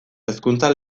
hezkuntza